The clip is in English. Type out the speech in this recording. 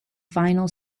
final